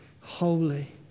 holy